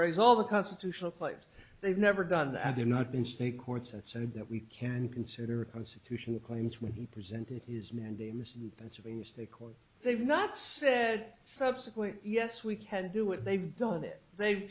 raise all the constitutional place they've never done that have not been state courts and said that we can consider constitutional claims when he presented his mandamus in pennsylvania state court they've not said subsequent yes we can do what they've done it they've